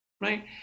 right